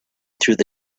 through